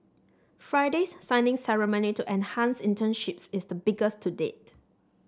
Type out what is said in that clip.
Friday's signing ceremony to enhance internships is the biggest to date